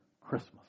Christmas